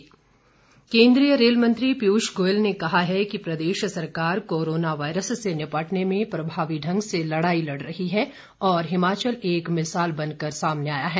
virtual rally केन्द्रीय rail मंत्री पीयूष गोयल ने कहा कि प्रदेश सरकार कोरोना वायरस से निपटने में प्रभावी ढंग से लड़ाई लड़ रही है और हिमाचल एक मिसाल बनकर सामने आया है